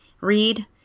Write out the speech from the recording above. read